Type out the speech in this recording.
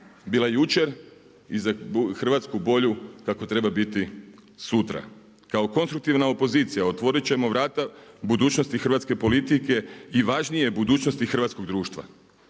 bila jučer i za Hrvatsku bolju kako treba biti sutra. Kao konstruktivna opozicija otvorit ćemo vrata budućnosti hrvatske politike i važnije budućnosti hrvatskog društva.